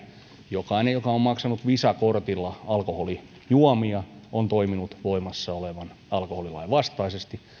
jokainen joka on maksanut visa kortilla alkoholijuomia on toiminut voimassa olevan alkoholilain vastaisesti